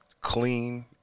clean